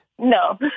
No